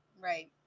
Right